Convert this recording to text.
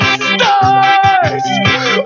stars